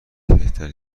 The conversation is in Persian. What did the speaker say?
بهتره